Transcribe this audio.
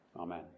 Amen